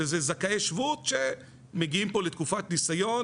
שזה זכאי שבות שמגיעים פה לתקופת ניסיון